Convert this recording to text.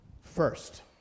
First